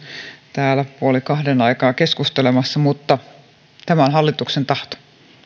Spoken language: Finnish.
kuin täällä puoli kahden aikaan keskustelemassa mutta tämä on hallituksen tahto